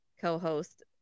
co-host